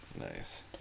Nice